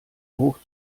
hoch